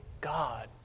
God